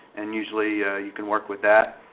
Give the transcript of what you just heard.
and usually you can work with that.